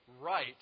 right